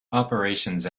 operations